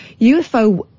UFO